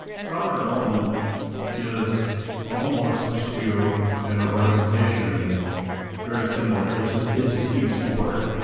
software development is almost to an organization very similar. it's it's a team sport.